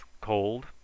cold